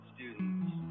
students